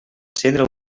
encendre